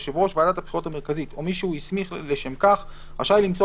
יושב ראש ועדת הבחירות המרכזית או מי שהוא הסמיך לשם כך רשאי למסור